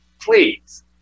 Please